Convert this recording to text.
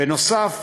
בנוסף,